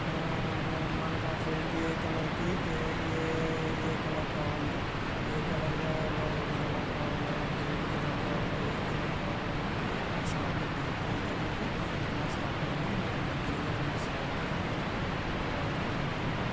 మనకు ఆ పెయింట్ ఏ కలర్కి ఏ ఏ కలర్ కావాలి ఏ కలర్గా రెడ్ కలర్ కావాలా గ్రీన్ కలర్ కావాలా ఏ కలర్ కావాలన్నా ఆ షాప్లో దొరుకుతాయి కాబట్టి ఆ షాప్లోనే మనకు దగ్గరగా ఉన్న షాప్లోనే మేము ఆ ఒక్క అనుకుంటాం